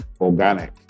organic